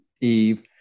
Eve